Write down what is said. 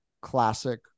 classic